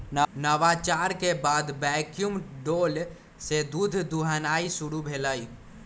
नवाचार के बाद वैक्यूम डोल से दूध दुहनाई शुरु भेलइ